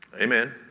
amen